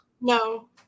No